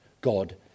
God